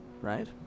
right